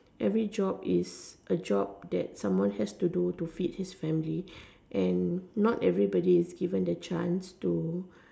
every job is a job that someone has to do to feed his family and not everybody is given the chance to